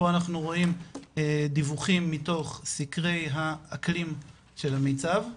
פה אנחנו רואים דיווחים מתוך סקרי האקלים של המיצב,